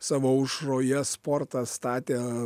savo aušroje sportą statė